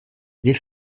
des